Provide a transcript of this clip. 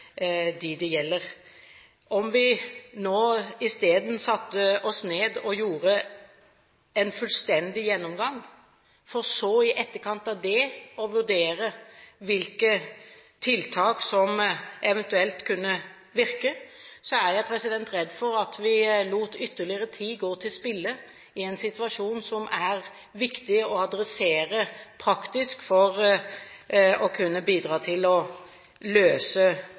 det gjelder. Om vi nå isteden satte oss ned og foretok en fullstendig gjennomgang, for så i etterkant av det å vurdere hvilke tiltak som eventuelt kunne virke, er jeg redd for at vi lot ytterligere tid gå til spille i en situasjon som er viktig å adressere praktisk for å kunne bidra til å løse